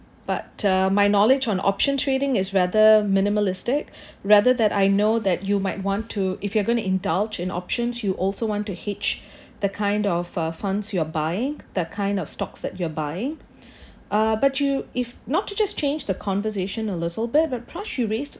but uh my knowledge on option trading is rather minimalistic rather that I know that you might want to if you're going to indulge in options you also want to hitch the kind of uh funds you're buying the kind of stocks that you're buying ah but you if not to just change the conversation a little bit but part's you raised